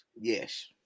Yes